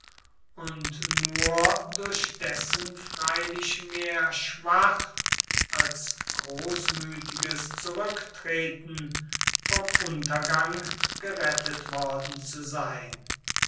und nur durch dessen freilich mehr schwach als großmütiges zurücktreten vom untergang gerettet worden zu sein